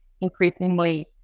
increasingly